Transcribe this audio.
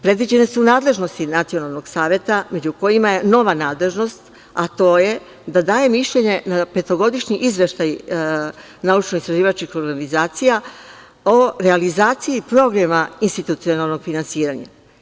Predviđene su nadležnosti Nacionalnog saveta, među kojima je i nova nadležnost, a to je da daje mišljenje na petogodišnji izveštaj naučno-istraživačkih organizacija o realizaciji programa institucionalnog finansiranja.